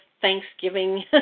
Thanksgiving